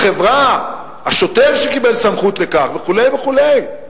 החברה, השוטר שקיבל סמכות לכך, וכו' וכו'.